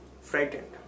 Frightened